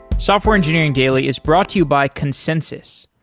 software engineering daily is brought to you by consensys.